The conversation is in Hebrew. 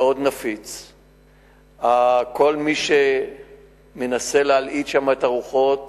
מאוד נפיץ, כל מי שמנסה להלהיט שם את הרוחות